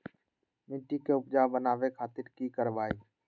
मिट्टी के उपजाऊ बनावे खातिर की करवाई?